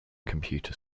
computer